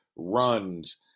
runs